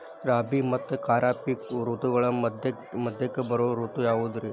ರಾಬಿ ಮತ್ತ ಖಾರಿಫ್ ಋತುಗಳ ಮಧ್ಯಕ್ಕ ಬರೋ ಋತು ಯಾವುದ್ರೇ?